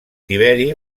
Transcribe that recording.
tiberi